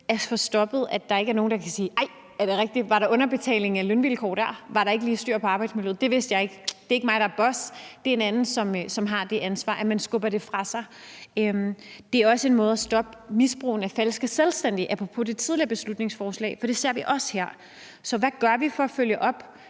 ansvaret fra sig og sige: Nej, er det rigtigt? Var der underbetaling, dårlige lønvilkår dér? Var der ikke lige styr på arbejdsmiljøet? Det vidste jeg ikke. Det er ikke mig, der er boss. Det er en anden, som har det ansvar. Det er også en måde at stoppe misbrug af falske selvstændige på, apropos det tidligere beslutningsforslag, for det ser vi også her. Så hvad gør vi for at følge op